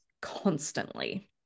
constantly